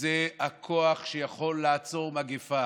זה הכוח שיכול לעצור מגפה,